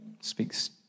speaks